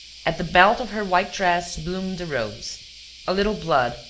at the belt of her white dress bloomed a rose a little blood,